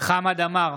חמד עמאר,